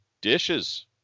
dishes